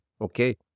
okay